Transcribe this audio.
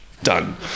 Done